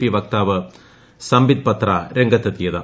P വക്താവ് സംബിത് പത്ര രംഗത്തെത്തിയത്